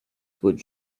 would